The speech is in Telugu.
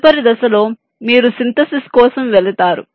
తదుపరి దశలో మీరు సింథసిస్ కోసం వెళతారు